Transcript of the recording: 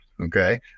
Okay